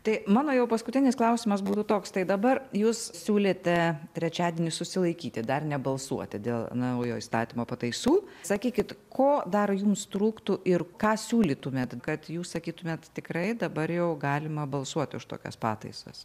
tai mano jau paskutinis klausimas būtų toks tai dabar jūs siūlėte trečiadienį susilaikyti dar nebalsuoti dėl naujo įstatymo pataisų sakykit ko dar jums trūktų ir ką siūlytumėt kad jūs sakytumėt tikrai dabar jau galima balsuot už tokias pataisas